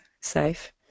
safe